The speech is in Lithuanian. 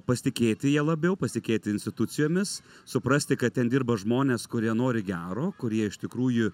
pasitikėti ja labiau pasitikėti institucijomis suprasti kad ten dirba žmonės kurie nori gero kurie iš tikrųjų